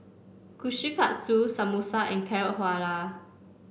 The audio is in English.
Kushikatsu Samosa and Carrot Halwa